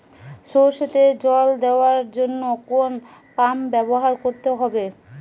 সরষেতে জল দেওয়ার জন্য কোন পাম্প ব্যবহার করতে হবে?